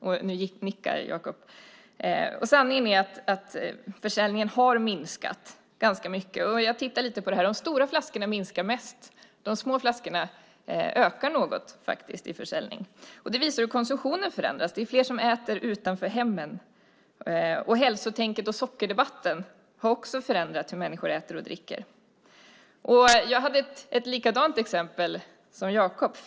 Jag ser att Jacob nickar. Sanningen är att försäljningen har minskat ganska mycket. Jag har tittat lite på det, och de stora flaskorna minskar mest. De små flaskorna ökar faktiskt något. Det visar hur konsumtionen förändras. Det är fler som äter utanför hemmen, och hälsotänkandet och sockerdebatten har också förändrat hur människor äter och dricker. Jag hade ett likadant exempel som Jacob.